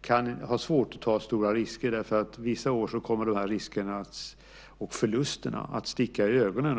kan ha svårt att ta stora risker. Vissa år kommer riskerna och förlusterna att sticka i ögonen.